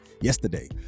yesterday